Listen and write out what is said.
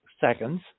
seconds